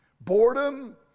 boredom